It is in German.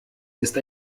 ist